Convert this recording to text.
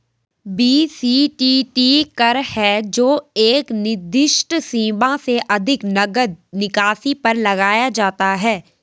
BCTT कर है जो एक निर्दिष्ट सीमा से अधिक नकद निकासी पर लगाया जाता है